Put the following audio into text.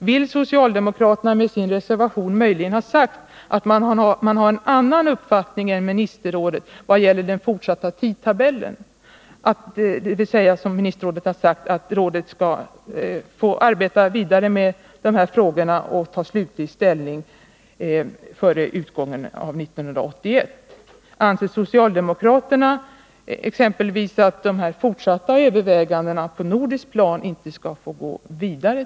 Vill socialdemokraterna med sin reservation möjligen ha sagt att man har en annan uppfattning än ministerrådet vad gäller den fortsatta tidtabellen — att rådet förutsätts arbeta vidare på dessa frågor, så att slutlig ställning skall kunna tas före utgången av år 1981? Anser socialdemokraterna exempelvis att de fortsatta diskussionerna på det nordiska planet till dess inte skall få gå vidare?